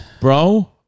Bro